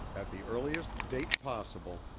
at the earliest date possible,